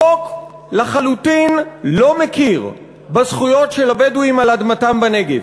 החוק לחלוטין לא מכיר בזכויות של הבדואים על אדמתם בנגב,